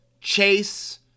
Chase